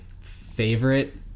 favorite